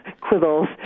quibbles